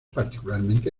particularmente